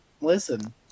Listen